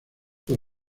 por